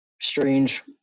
strange